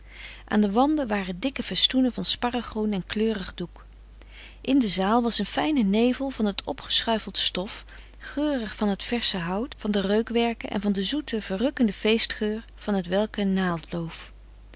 aan de wanden waren dikke festoenen van sparregroen en kleurig doek in de zaal was een fijne nevel van het opgeschuifeld stof geurig van het versche hout van de reukwerken en van de zoete verrukkende